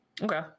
Okay